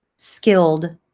skilled